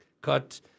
cut